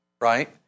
right